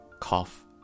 cough